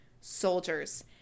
soldiers